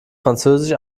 französisch